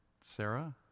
Sarah